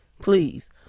Please